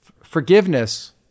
Forgiveness